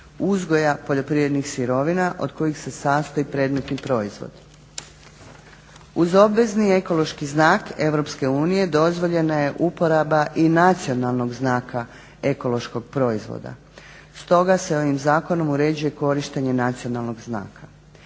uzgoja poljoprivrednih sirovina od kojih se sastoji predmetni proizvod. Uz obvezni ekološki znak EU dozvoljena je uporaba i nacionalnog znaka ekološkog proizvoda. Stoga se ovim zakonom uređuje korištenje nacionalnog znaka.